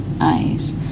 eyes